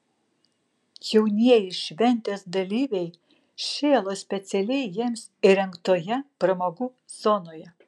jaunieji šventės dalyviai šėlo specialiai jiems įrengtoje pramogų zonoje